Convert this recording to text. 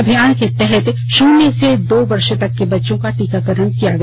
अभियान के तहत शून्य से दो वर्ष तक के बच्चों का टीकाकरण किया गया